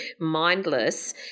mindless